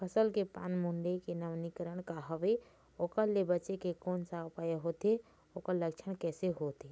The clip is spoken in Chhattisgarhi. फसल के पान मुड़े के नवीनीकरण का हवे ओकर ले बचे के कोन सा उपाय होथे ओकर लक्षण कैसे होथे?